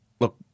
look